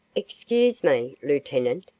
excuse me, lieutenant,